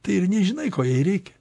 tai ir nežinai ko jai reikia